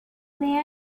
lay